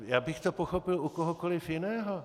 Já bych to pochopil u kohokoliv jiného.